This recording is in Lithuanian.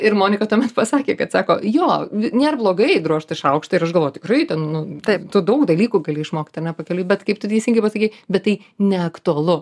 ir monika tuomet pasakė kad sako jo nėr blogai drožti šaukštą ir aš galvoju tikrai ten taip tu daug dalykų gali išmokti ane pakeliui bet kaip tu teisingai pasakei bet tai neaktualu